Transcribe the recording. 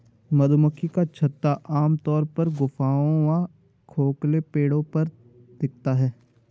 मधुमक्खी का छत्ता आमतौर पर गुफाओं व खोखले पेड़ों पर दिखता है